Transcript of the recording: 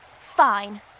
Fine